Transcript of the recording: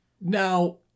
Now